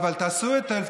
אבל תעשו את,